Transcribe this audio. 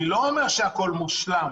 אני לא אומר שהכול מושלם,